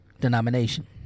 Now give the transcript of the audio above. denomination